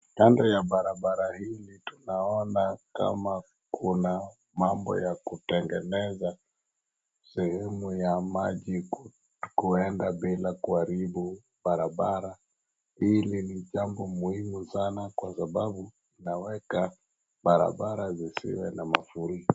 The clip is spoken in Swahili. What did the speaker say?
Kando ya barabara hili tunaona kama kuna mambo ya kutengeneza sehemu ya maji kuenda bila kuharibu barabara, hili ni jambo muhimu sana kwa sababu inaweza barabara zisiwe na mafuriko.